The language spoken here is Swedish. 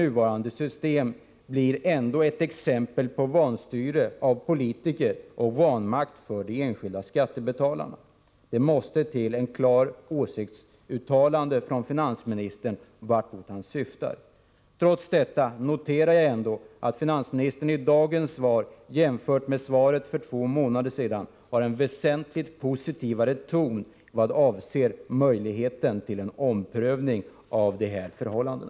Nuvarande system blir ändå ett exempel på vanstyre av politiker och vanmakt för de enskilda skattebetalarna. Det måste till ett klart uttalande från finansministern om syftet. Trots detta noterar jag att finansministern ändå i dagens svar, jämfört med svaret för två månader sedan, har en väsentligt positivare ton i vad avser möjligheten till en omprövning av dessa förhållanden.